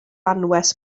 anwes